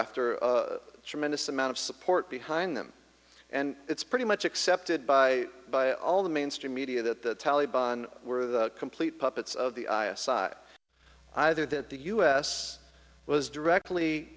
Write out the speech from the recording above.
after a tremendous amount of support behind them and it's pretty much accepted by by all the mainstream media that the taleban were the complete puppets of the either that the us was directly